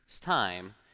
time